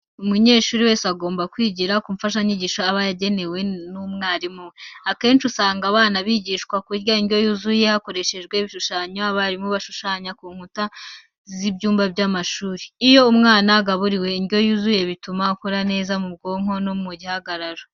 Umunyeshuri wese agomba kwigira ku mfashanyigisho aba yagenewe n'umwarimu we. Akenshi usanga abana bigishwa kurya indyo yuzuye hakoreshejwe ibishushanyo abarimu bashushanya ku nkuta z'ibyumba by'amashuri. Iyo umwana agaburiwe indyo yuzuye bituma akura neza mu bwonko no mu gihagararo.